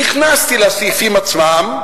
נכנסתי לסעיפים עצמם,